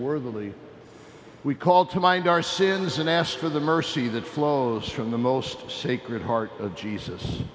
worldly we call to mind our sins and ask for the mercy that flows from the most sacred heart of jesus